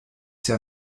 sehr